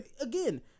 Again